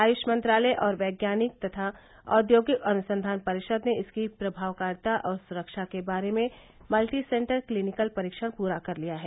आयुष मंत्रालय और वैज्ञानिक तथा औद्योगिक अनुसंधान परिषद ने इसकी प्रभावकारिता और सुरक्षा के बारे में मल्टी सेंटर क्लीनिकल परीक्षण पूरा कर लिया है